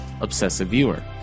obsessiveviewer